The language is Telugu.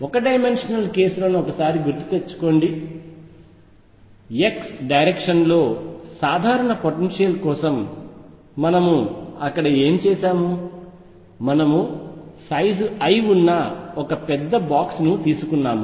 ఒక డైమెన్షనల్ కేసులను ఒకసారి గుర్తుకు తెచ్చుకోండి x డైరెక్షన్లో సాధారణ పొటెన్షియల్ కోసం మనము అక్కడ ఏమి చేశాము మనము సైజు l ఉన్న ఒక పెద్ద బాక్స్ ను తీసుకున్నాము